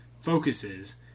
focuses